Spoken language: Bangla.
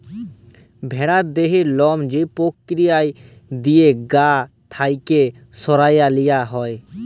ভেড়ার দেহের লম যে পক্রিয়া দিঁয়ে গা থ্যাইকে সরাঁয় লিয়া হ্যয়